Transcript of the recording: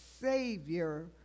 Savior